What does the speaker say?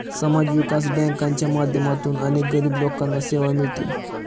समाज विकास बँकांच्या माध्यमातून अनेक गरीब लोकांना सेवा मिळते